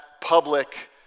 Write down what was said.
public